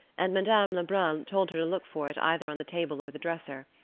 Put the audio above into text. and madame lebrun told her to look for it either on the table or the dresser,